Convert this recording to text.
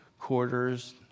quarters